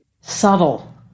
subtle